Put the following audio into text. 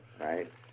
right